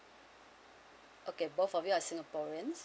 okay both of you are singaporeans